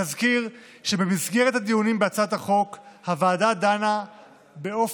נזכיר שבמסגרת הדיונים בהצעת החוק הוועדה דנה באופן